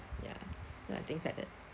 ya things like that